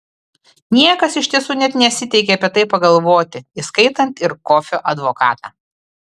niekas iš tiesų net nesiteikė apie tai pagalvoti įskaitant ir kofio advokatą